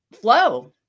flow